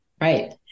right